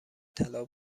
طلا